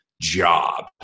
job